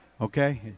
Okay